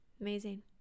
Amazing